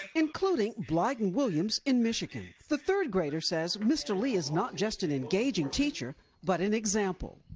including like and williams in michigan. the third grader said mr. lee is not just an engaging teacher but an example.